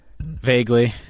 Vaguely